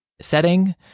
setting